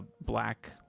black